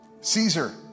Caesar